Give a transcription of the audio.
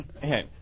Hey